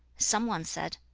some one said,